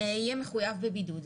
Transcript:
יהיה מחויב בבידוד.